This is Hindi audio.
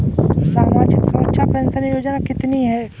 सामाजिक सुरक्षा पेंशन योजना कितनी हैं?